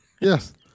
Yes